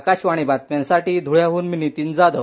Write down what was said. आकाशवाणी बातम्यांसाठी ध्वळ्याहन मी नितीन जाधव